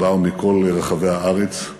הם באו מכל רחבי הארץ,